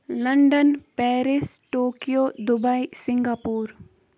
London Paris Tokyo Dubai Singapore